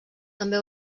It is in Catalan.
també